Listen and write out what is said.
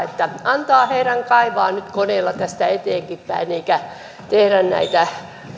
antaa heidän kaivaa nyt koneilla tästä eteenkinpäin eikä tehdä